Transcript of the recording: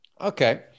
Okay